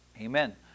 Amen